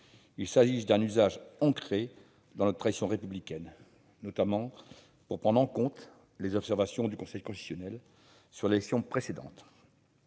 usage est ancré dans notre tradition républicaine, notamment pour prendre en compte les observations du Conseil constitutionnel sur la précédente